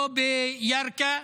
לא בירכא.